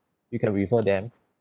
you can refer them